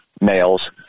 males